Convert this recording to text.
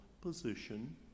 position